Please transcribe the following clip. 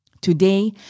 Today